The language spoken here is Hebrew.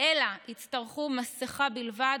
אלא יצטרכו מסכה בלבד,